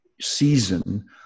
season